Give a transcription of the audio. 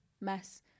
mess